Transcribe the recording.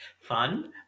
Fun